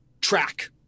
track